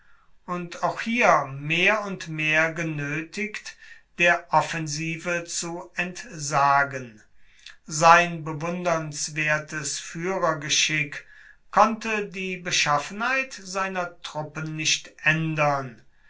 und auch hier mehr und mehr genötigt der offensive zu entsagen sein bewundernswertes führergeschick konnte die beschaffenheit seiner truppen nicht ändern